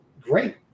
great